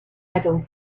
medals